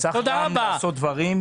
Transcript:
צריך גם לעשות דברים בתזמון הנכון.